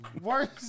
Worst